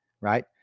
right